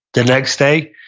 the next day,